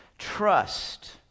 Trust